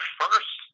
first